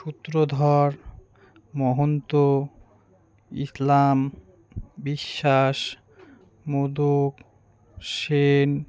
Sutradhar Mahanta Islam Biswas Modak Sen